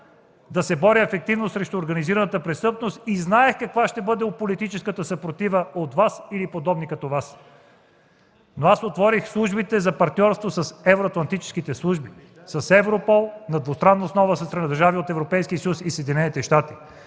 да се боря ефективно срещу организираната престъпност и знаех каква ще бъде политическата съпротива от Вас или подобни като Вас. Аз отворих службите за партньорство с евроатлантическите служби, с ЕВРОПОЛ, на двустранна основа с държави от Европейския съюз и Съединените щати.